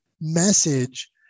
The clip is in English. message